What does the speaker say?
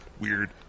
weird